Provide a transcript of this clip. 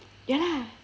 ya lah